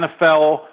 NFL